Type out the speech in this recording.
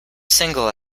single